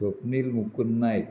Rokhnil Mukund Naik